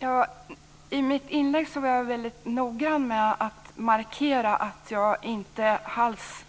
Herr talman! I mitt inlägg var jag noga med att markera att jag inte alls